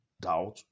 doubt